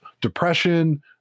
depression